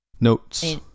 Notes